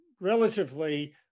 relatively